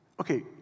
okay